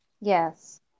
Yes